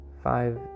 five